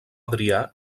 adrià